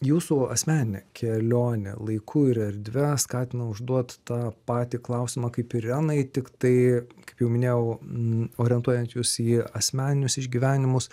jūsų asmeninė kelionė laiku ir erdve skatina užduot tą patį klausimą kaip irenai tik tai kaip jau minėjau m orientuojant jus į asmeninius išgyvenimus